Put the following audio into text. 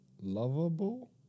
Lovable